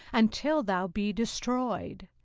until thou be destroyed.